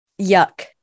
yuck